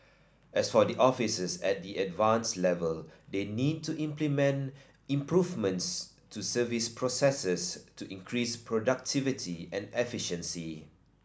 as for the officers at the Advanced level they need to implement improvements to service processes to increase productivity and efficiency